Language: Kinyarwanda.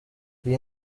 iyi